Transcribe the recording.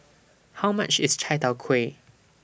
How much IS Chai Tow Kway